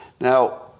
Now